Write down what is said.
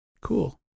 Cool